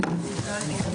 הישיבה ננעלה